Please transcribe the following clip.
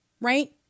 Right